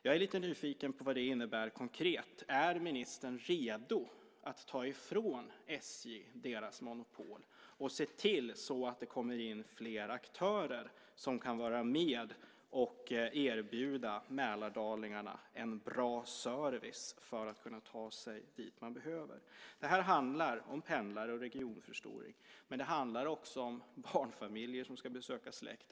Jag är nyfiken på vad det innebär konkret. Är ministern redo att ta ifrån SJ deras monopol och se till att det kommer in fler aktörer som kan vara med och erbjuda mälardalingarna en bra service så att de kan ta sig dit de behöver? Det handlar om pendlare och regionförstoring. Det handlar också om barnfamiljer som ska besöka släktingar.